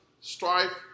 strife